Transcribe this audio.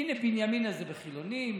הינה, בנימינה זה חילונים,